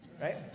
right